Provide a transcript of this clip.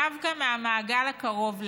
דווקא מהמעגל הקרוב להם.